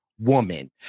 woman